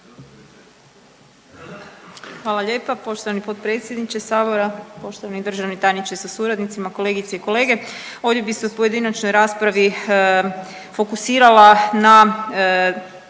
Hvala lijepa poštovani potpredsjedniče HS, poštovani državni tajniče sa suradnicima, kolegice i kolege. Ja ću se osvrnuti u pojedinačnoj raspravi na